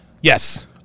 yes